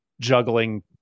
juggling